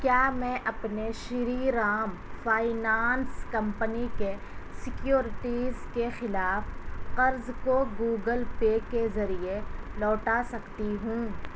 کیا میں اپنے شری رام فائنانس کمپنی کے سیکیورٹیز کے خلاف قرض کو گوگل پے کے ذریعے لوٹا سکتی ہوں